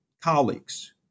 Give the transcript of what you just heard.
colleagues